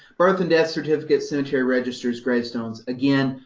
birth and certificates, cemetery registers, gravestones. again,